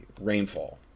rainfall